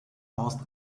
past